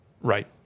Right